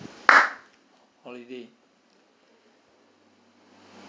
holiday